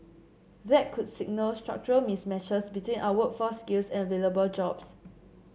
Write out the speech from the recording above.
that could signal structural mismatches between our workforce skills and available jobs